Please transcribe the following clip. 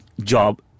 job